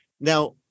Now